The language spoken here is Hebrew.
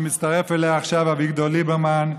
שמצטרף אליה עכשיו אביגדור ליברמן,